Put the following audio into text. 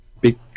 big